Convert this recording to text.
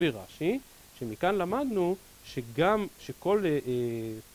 ‫שמכאן למדנו שגם שכל...